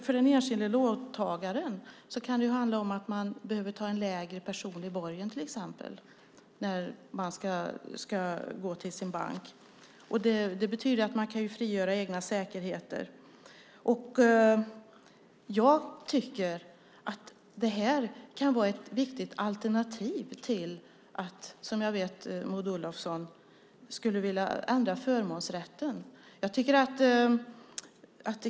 För den enskilde låntagaren kan det handla om att så att säga behöva ta en lägre personlig borgen när man ska gå till sin bank. Det betyder att egna säkerheter kan frigöras. Jag tycker att det här kan vara ett viktigt alternativ till att, som jag vet att Maud Olofsson skulle vilja göra, ändra förmånsrätten.